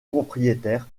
propriétaire